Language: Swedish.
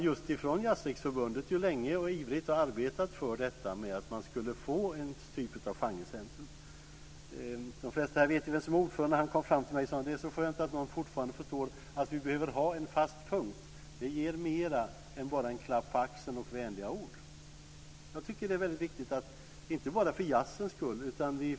Just från Jazzriksförbundet har man ju länge och ivrigt arbetat för detta att man skulle få en typ av genrecentrum. De flesta vet ju vem som är ordförande. Han kom fram till mig och sade: Det är så skönt att någon fortfarande förstår att vi behöver ha en fast punkt. Det ger mer än bara en klapp på axeln och vänliga ord. Jag tycker att det här är väldigt viktigt, inte bara för jazzens skull.